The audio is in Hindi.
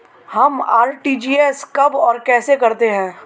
हम आर.टी.जी.एस कब और कैसे करते हैं?